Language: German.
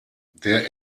der